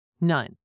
None